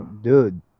dude